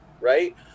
right